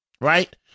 Right